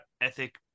ethic